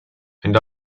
and